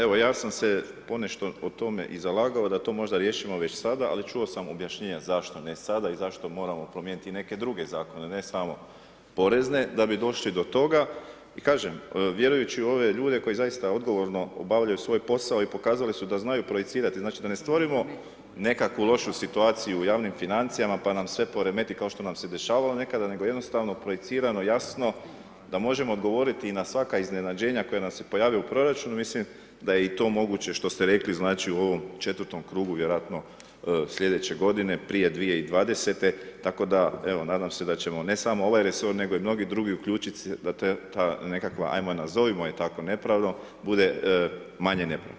Evo ja sam se ponešto o tome i zalagao, da to možda riješimo već sada ali čuo sam objašnjenja zašto ne sada i zašto ne sada i zašto moramo promijeniti neke druge zakone, ne samo porezne da bi došli do toga i kažem, vjerujući u ove ljude koji zaista odgovorno obavljaju svoj posao i pokazali su da znaju projicirati, znači da ne stvorimo nekakvu lošu situaciju u javnim financijama pa nam sve poremeti kao što nam se dešavalo nekada nego jednostavno projicirano, jasno, da možemo govoriti i na svaka iznenađenja koja nam se pojave u proračunu, mislim da je i to moguće što ste rekli znači u ovom četvrtom krugu vjerojatno slijedeće godine, prije 2020., tako da evo, nadam se da ćemo ne samo ovaj resor nego i mnogi drugi uključit se za ta nekakva ajmo nazovimo ih tako nepravdom, bude manje nepravde.